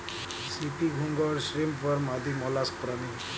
CP, घोंगा और shrimp worm आदि मौलास्क प्राणी हैं